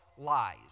Lies